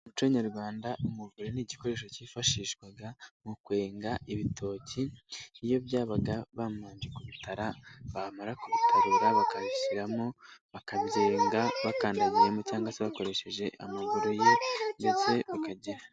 Umuco nyarwanda umuvure ni igikoresho cyifashishwaga mu kwenga ibitoki, iyo byabaga bamanje kubitara bamara kubitarura bakabishyiramo bakabyenga bakandagiyemo, cyangwa se bakoresheje amaguru ye ndetse bakagira.